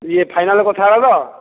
ଇଏ ଫାଇନାଲ୍ କଥା ହେଲା ତ